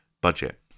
budget